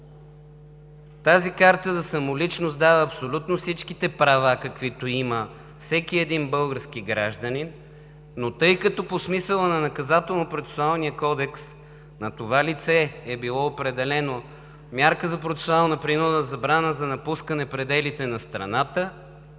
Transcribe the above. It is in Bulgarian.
Тази карта за самоличност дава абсолютно всичките права, каквито има всеки един български граждани. Тъй като по смисъла на Наказателно-процесуалния кодекс на това лице е било определена мярка за процесуална принуда „забрана за напускане пределите на страната“,